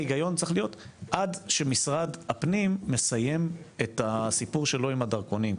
ההיגיון צריך להיות שעד שמשרד הפנים מסיים את הסיפור שלו עם הדרכונים.